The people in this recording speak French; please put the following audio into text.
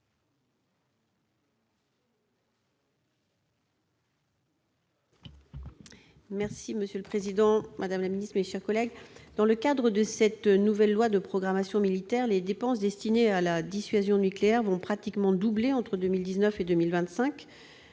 parole est à Mme Hélène Conway-Mouret. Dans le cadre de cette nouvelle loi de programmation militaire, les dépenses destinées à la dissuasion nucléaire vont pratiquement doubler entre 2019 et 2025.